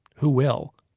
who will?